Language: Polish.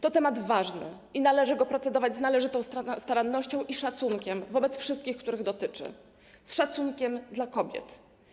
To temat ważny i należy nad nim procedować z należytą starannością i szacunkiem wobec wszystkich, których dotyczy, z szacunkiem dla kobiet.